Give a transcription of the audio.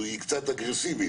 היא קצת אגרסיבית.